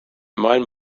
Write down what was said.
maailm